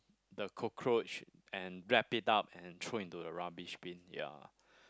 the cockroach and warp it up and throw into to the rubbish bin ya